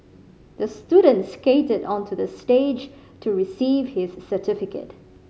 the student skated onto the stage to receive his certificate